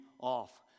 off